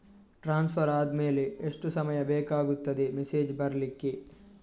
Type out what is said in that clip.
Transfer ಆದ್ಮೇಲೆ ಎಷ್ಟು ಸಮಯ ಬೇಕಾಗುತ್ತದೆ ಮೆಸೇಜ್ ಬರ್ಲಿಕ್ಕೆ?